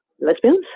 lesbians